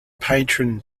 patron